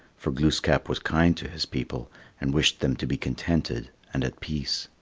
for glooskap was kind to his people and wished them to be contented and at peace.